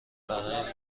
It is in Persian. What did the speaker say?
برای